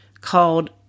called